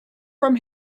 from